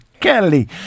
Kelly